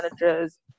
managers